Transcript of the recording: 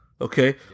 okay